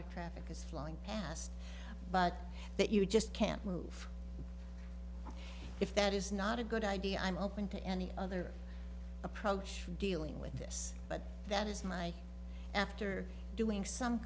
of traffic is flowing asked but that you just can't move if that is not a good idea i'm open to any other approach for dealing with this but that is my after doing some